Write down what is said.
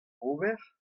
d’ober